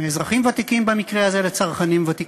מאזרחים ותיקים, במקרה הזה, לצרכנים ותיקים?